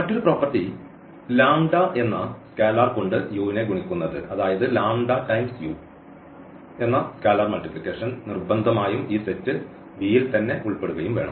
മറ്റൊരു പ്രോപ്പർട്ടി എന്ന സ്കേലാർ കൊണ്ട് u നെ ഗുണിക്കുന്നത് അതായത് എന്ന് സ്കേലാർ മൾട്ടിപ്ലിക്കേഷൻ നിർബന്ധമായും ഈ സെറ്റ് V യിൽ തന്നെ ഉൾപ്പെടുകയും വേണം